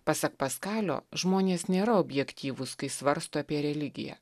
pasak paskalio žmonės nėra objektyvūs kai svarsto apie religiją